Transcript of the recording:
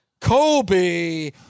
Kobe